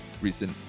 recent